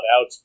out